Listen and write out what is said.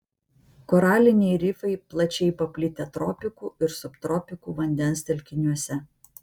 koraliniai rifai plačiai paplitę tropikų ir subtropikų vandens telkiniuose